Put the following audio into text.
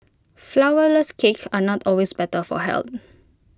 Flourless Cakes are not always better for health